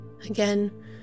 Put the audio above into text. again